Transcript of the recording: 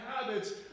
habits